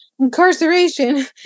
incarceration